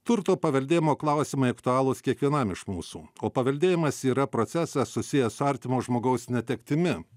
turto paveldėjimo klausimai aktualūs kiekvienam iš mūsų o paveldėjimas yra procesas susijęs su artimo žmogaus netektimi